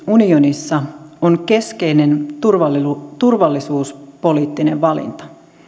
unionissa on keskeinen turvallisuuspoliittinen valinta